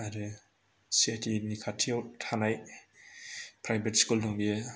आरो सिआइटि नि खाथियाव थानाय प्राइभेट स्कुल दं बियो